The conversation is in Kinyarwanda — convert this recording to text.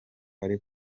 ari